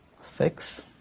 Six